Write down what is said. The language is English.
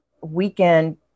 weekend